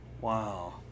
Wow